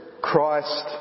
Christ